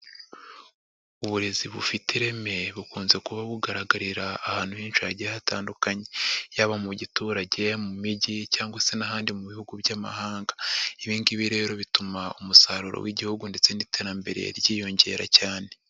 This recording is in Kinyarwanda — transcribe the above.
Uburezi bufite ireme bukunze kuba bugaragarira ahantu henshi hagiye hatandukanye. Yaba mu giturage, mu mijyi cyangwa se n'ahandi mu bihugu by'amahanga. Ibi ngibi rero bituma umusaruro w'Igihugu ndetse n'iterambere ryiyongera cyane.